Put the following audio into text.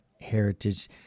heritage